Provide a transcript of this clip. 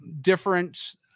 different